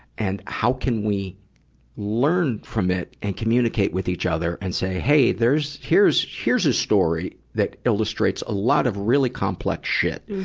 and how can we learn from it and communicate with each other and say, hey, there's, here's, here's a story that illustrates a lot of really complex shit?